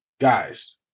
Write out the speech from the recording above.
guys